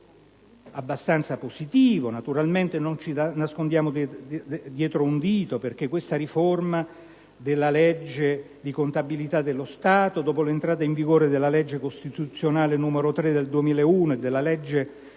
giudizio abbastanza positivo; naturalmente non ci nascondiamo dietro un dito, perché questa riforma della legge di contabilità dello Stato, dopo l'entrata in vigore della legge costituzionale n. 3 del 2001 e della legge n.